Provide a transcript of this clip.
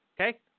Okay